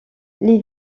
les